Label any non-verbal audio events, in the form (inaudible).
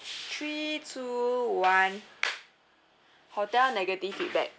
three two one (noise) hotel negative feedback